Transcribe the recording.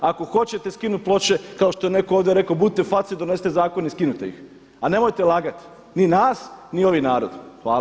Ako hoćete skinut ploče kako što je netko ovdje rekao budite face i donesite zakon i skinite ih a nemojte lagat ni nas, ni ovaj narod.